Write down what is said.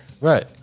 Right